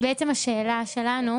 השאלה שלנו